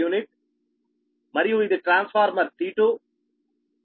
u మరియు ఇది transformer T2